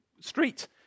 street